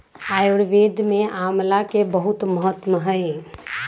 आयुर्वेद में आमला के बहुत महत्व हई